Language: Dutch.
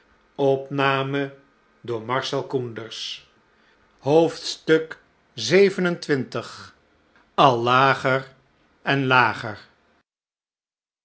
xxvii al lager en lager